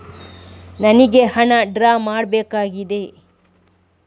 ನನಿಗೆ ಹಣ ಡ್ರಾ ಮಾಡ್ಬೇಕಾಗಿದೆ